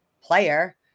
player